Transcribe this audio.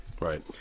Right